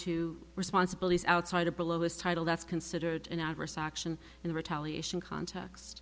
to responsibilities outside of below his title that's considered an adverse action in retaliation cont